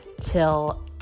till